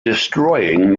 destroying